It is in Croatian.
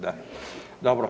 Da, dobro.